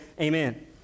amen